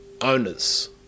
owners